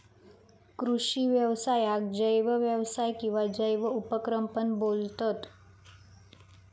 कृषि व्यवसायाक जैव व्यवसाय किंवा जैव उपक्रम पण बोलतत